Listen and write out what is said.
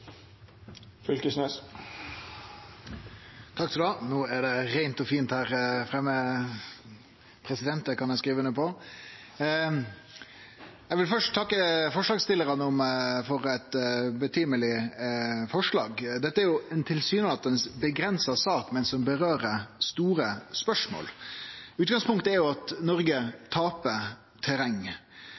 No er det reint og fint her framme, det kan eg skrive under på. Eg vil først takke forslagsstillarane for eit forslag i rett tid. Dette er jo ei tilsynelatande avgrensa sak, men som rører ved store spørsmål. Utgangspunktet er at Noreg